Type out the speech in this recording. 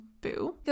Boo